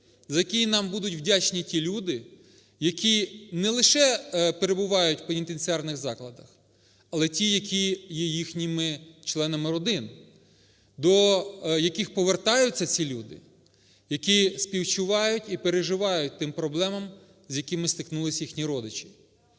за який нам будуть вдячні ті люди, які не лише перебувають в пенітенціарних закладах, але ті, які є їхніми членами родин, до яких повертаються ці люди. Які співчувають і переживають тим проблемам, з якими стикнулись їх родичі.